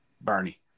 Bernie